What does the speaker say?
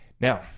Now